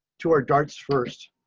to our darts. first,